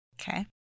Okay